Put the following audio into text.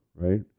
right